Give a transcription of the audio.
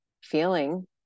feeling